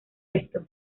esto